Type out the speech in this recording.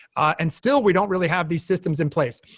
and still, we don't really have these systems in place.